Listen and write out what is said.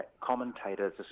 commentators